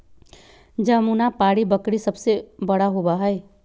जमुनापारी बकरी सबसे बड़ा होबा हई